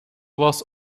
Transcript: was